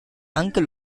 uncle